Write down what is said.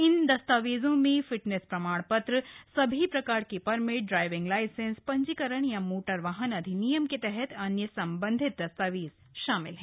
इन दस्तावेजों में फिटनेस प्रमाण पत्र सभी प्रकार के परमिट ड्राइविंग लाइसेंस पंजीकरण या मोटर वाहन अधिनियम के तहत अन्य संबंधित दस्तावेज शामिल हैं